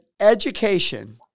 Education